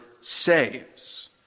saves